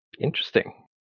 Interesting